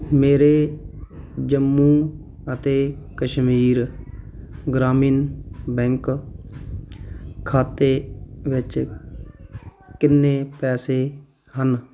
ਮੇਰੇ ਜੰਮੂ ਅਤੇ ਕਸ਼ਮੀਰ ਗ੍ਰਾਮੀਣ ਬੈਂਕ ਖਾਤੇ ਵਿੱਚ ਕਿੰਨੇ ਪੈਸੇ ਹਨ